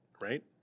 Right